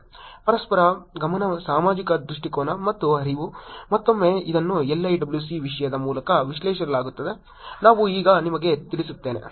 ಪರಸ್ಪರ ಗಮನ ಸಾಮಾಜಿಕ ದೃಷ್ಟಿಕೋನ ಮತ್ತು ಅರಿವು ಮತ್ತೊಮ್ಮೆ ಇದನ್ನು LIWC ವಿಷಯದ ಮೂಲಕ ವಿಶ್ಲೇಷಿಸಲಾಗುತ್ತದೆ ನಾವು ಈಗ ನಿಮಗೆ ತಿಳಿಸುತ್ತೇವೆ